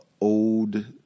old